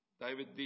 David